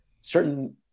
certain